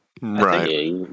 right